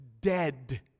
dead